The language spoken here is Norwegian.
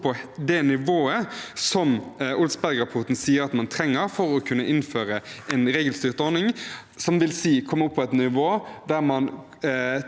til det nivået Olsberg-rapporten sier man trenger for å kunne innføre en regelstyrt ordning, som vil si å komme opp på et nivå der man